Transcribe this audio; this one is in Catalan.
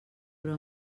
però